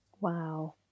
Wow